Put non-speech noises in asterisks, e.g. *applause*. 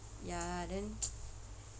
ya then *noise*